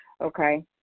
Okay